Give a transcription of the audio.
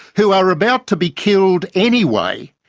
who are about to be killed anyway,